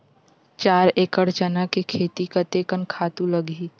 चार एकड़ चना के खेती कतेकन खातु लगही?